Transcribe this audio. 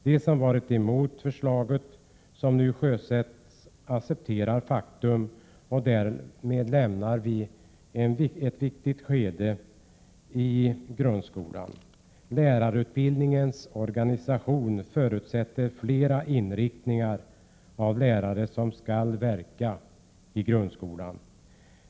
De som varit emot de förslag som nu genomförs accepterar faktum, och därmed lämnar vi ett viktigt skede i grundskolan. Lärarutbildningens organisation förutsätter flera inriktningar av lärare som skall verka i grundskolan.